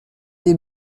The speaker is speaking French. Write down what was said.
des